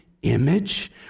Image